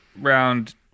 Round